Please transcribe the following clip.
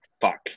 Fuck